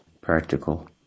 practical